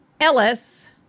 Ellis